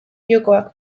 jokoak